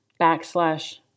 backslash